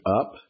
up